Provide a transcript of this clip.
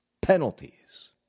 penalties